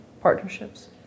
partnerships